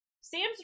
Sam's